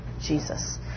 Jesus